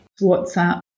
WhatsApp